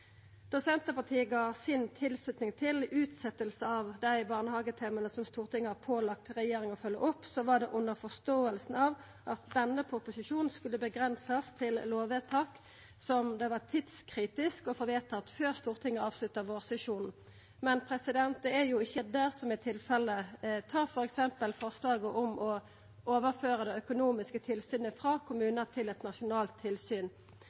Då Senterpartiet gav si tilslutning til utsetjing av dei barnehagetema som Stortinget har pålagt regjeringa å følgja opp, var det under forståinga av at denne proposisjonen skulle avgrensast til lovvedtak som det var tidskritisk å få vedtatt før Stortinget avslutta vårsesjonen. Men det er ikkje det som er tilfellet. Ta f.eks. forslaget om å overføra det økonomiske tilsynet frå kommunar til eit nasjonalt tilsyn.